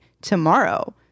tomorrow